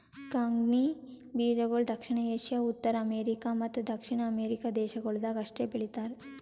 ಕಂಗ್ನಿ ಬೀಜಗೊಳ್ ದಕ್ಷಿಣ ಏಷ್ಯಾ, ಉತ್ತರ ಅಮೇರಿಕ ಮತ್ತ ದಕ್ಷಿಣ ಅಮೆರಿಕ ದೇಶಗೊಳ್ದಾಗ್ ಅಷ್ಟೆ ಬೆಳೀತಾರ